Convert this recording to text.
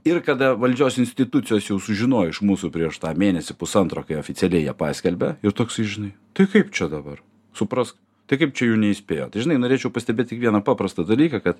ir kada valdžios institucijos jau sužinojo iš mūsų prieš tą mėnesį pusantro kai oficialiai jie paskelbė ir toksai žinai tai kaip čia dabar suprask tai kaip čia jų neįspėjo tai žinai norėčiau pastebėt tik vieną paprastą dalyką kad